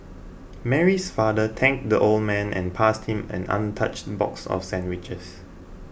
Mary's father thanked the old man and passed him an untouched box of sandwiches